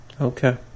Okay